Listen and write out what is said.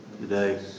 today